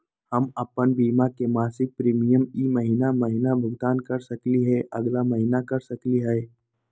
हम अप्पन बीमा के मासिक प्रीमियम ई महीना महिना भुगतान कर सकली हे, अगला महीना कर सकली हई?